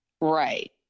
Right